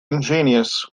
ingenious